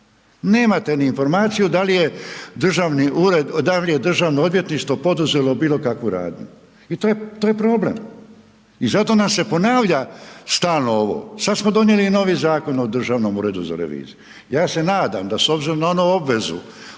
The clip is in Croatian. Nemate ni informaciju, da li je Državno odvjetništvo poduzelo bilo kakvu radnju i to je problem. I zato nam se ponavlja stalno ovo, sada smo donijeli novi Zakon o Državno uredu za reviziju, ja se nadam da s obzirom na ovu obvezu,